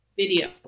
video